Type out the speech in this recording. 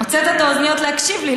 הוצאת את האוזניות כדי להקשיב לי,